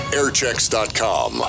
airchecks.com